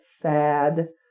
sad